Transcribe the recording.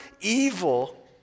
evil